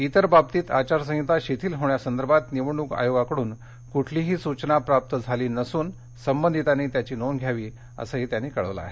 इतर बाबतीत आचारसंहीता शिथिल होण्यासंदर्भात निवडणूक आयोगाकडून कुठलीही सुचना प्राप्त झाली नसूनसंबधितांनी याची नोंद घ्यावी असं त्यांनी कळवलं आहे